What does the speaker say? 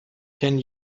ten